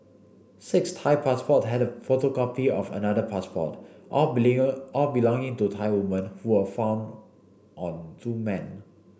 Six Thai passport and a photocopy of another passport all believe all belonging to Thai women who were found on two men